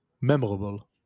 memorable